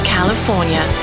California